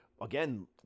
again